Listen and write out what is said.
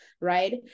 Right